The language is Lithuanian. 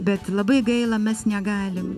bet labai gaila mes negalim